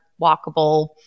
walkable